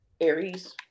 Aries